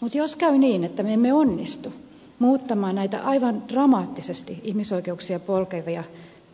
mutta jos käy niin että me emme onnistu muuttamaan näitä aivan dramaattisesti ihmisoikeuksia polkevia